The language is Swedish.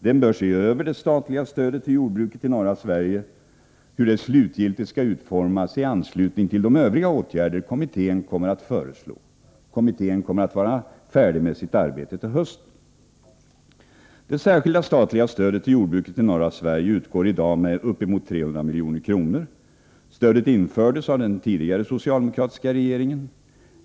Den bör se över hur det statliga stödet till jordbruket i norra Sverige slutgiltigt skall utformas i anslutning till de övriga åtgärder kommittén kommer att föreslå. Kommittén kommer att vara färdig med sitt arbete till hösten. Det särskilda statliga stödet till jordbruket i norra Sverige utgår i dag med uppemot 300 milj.kr. Stödet infördes av den tidigare socialdemokratiska regeringen.